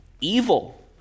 evil